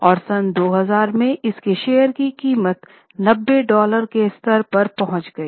और सन 2000 में इसके शेयर की कीमत 90 डॉलर के स्तर पर पहुंच गई